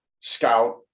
scout